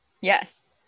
Yes